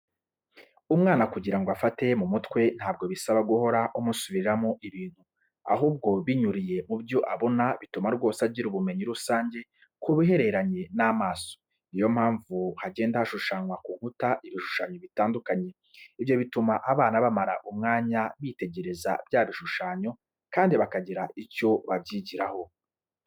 Umwana kugira ngo afate mu mutwe ntabwo bisaba guhora umusubiriramo ibintu, ahubwo binyuriye mu byo abona bituma rwose agira ubumenyi rusange ku bihereranye n'amaso. Ni yo mpamvu hagenda hashushanwa ku nkuta ibishushanyo bitandukanye. Ibyo bituma abana bamara umwanya bitegereza bya bishushanyo kandi bakagira icyo babyigiraho.